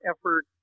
effort